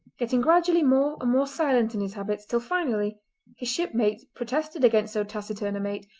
getting gradually more and more silent in his habits, till finally his shipmates protested against so taciturn a mate,